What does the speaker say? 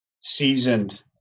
seasoned